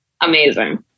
Amazing